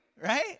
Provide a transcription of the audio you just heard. right